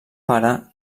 pare